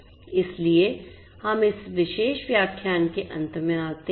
इसलिए हम इस विशेष व्याख्यान के अंत में आते हैं